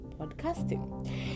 podcasting